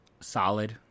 solid